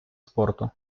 спорту